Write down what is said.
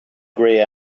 grey